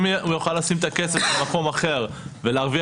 אם הוא יוכל לשים את הכסף במקום אחר ולהרוויח